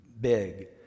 big